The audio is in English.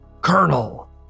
Colonel